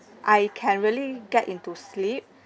I can really get into sleep